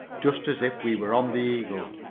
just as if we were on the eagle.